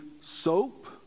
soap